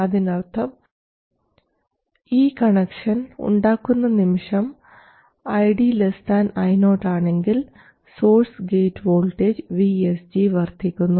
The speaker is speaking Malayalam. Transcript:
അതിനർത്ഥം ഈ കണക്ഷൻ ഉണ്ടാക്കുന്ന നിമിഷം ID Io ആണെങ്കിൽ സോഴ്സ് ഗേറ്റ് വോൾട്ടേജ് VSG വർദ്ധിക്കുന്നു